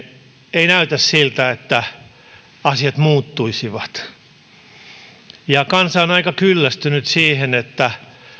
ei näytä siltä että asiat muuttuisivat kansa on aika kyllästynyt siihen että